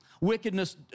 Wickedness